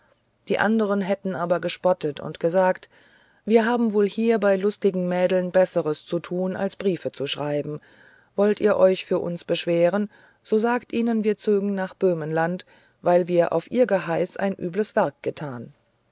die andern hätten aber gespottet und gesagt wir haben wohl hier bei lustigen mädeln besseres zu tun als briefe zu schreiben wollt ihr euch für uns beschweren so sagt ihnen wir zögen nach böhmenland weil wir auf ihr geheiß ein übles werk getan